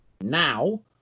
Now